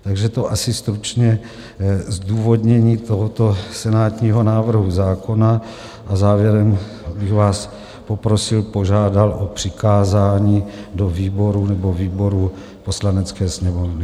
Takže to asi stručně zdůvodnění tohoto senátního návrhu zákona a závěrem bych vás poprosil, požádal o přikázání do výborů nebo výboru Poslanecké sněmovny.